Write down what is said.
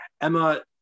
Emma